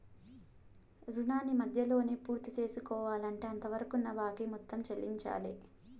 రుణాన్ని మధ్యలోనే పూర్తిసేసుకోవాలంటే అంతవరకున్న బాకీ మొత్తం చెల్లించాలి